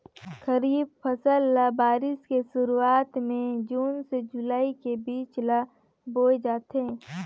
खरीफ फसल ल बारिश के शुरुआत में जून से जुलाई के बीच ल बोए जाथे